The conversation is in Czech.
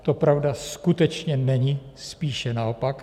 To pravda skutečně není, spíše naopak.